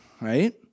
right